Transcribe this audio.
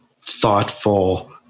thoughtful